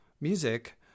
music